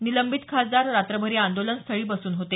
निलंबित खासदार रात्रभर या आंदोलन स्थळी बसून होते